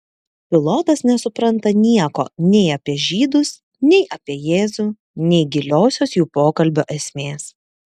pilotas nesupranta nieko nei apie žydus nei apie jėzų nei giliosios jų pokalbio esmės